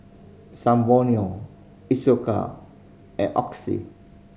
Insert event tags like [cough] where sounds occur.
[unintelligible] Isocal and Oxy